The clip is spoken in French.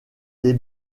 des